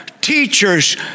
teachers